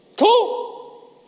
Cool